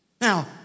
Now